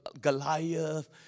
Goliath